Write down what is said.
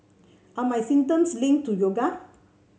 are my symptoms linked to yoga